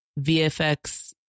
VFX